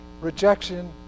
rejection